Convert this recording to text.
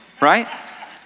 right